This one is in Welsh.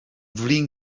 flin